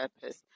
purpose